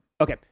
Okay